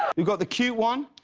we've got the cute one,